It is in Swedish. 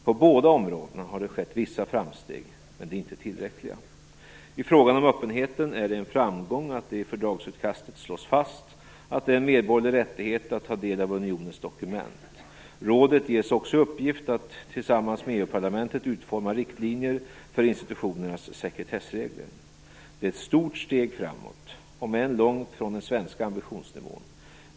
På båda områdena har vissa framsteg skett, men de är inte tillräckliga. I fråga om öppenheten är det en framgång att det i fördragsutkastet slås fast att det är en medborgerlig rättighet att ta del av unionens dokument. Rådet ges också i uppgift att tillsammans med EU-parlamentet utforma riktlinjer för institutionernas sekretessregler. Det är ett stort steg framåt, om än långt från den svenska ambitionsnivån.